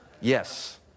Yes